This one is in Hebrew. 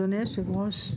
אדוני היושב-ראש.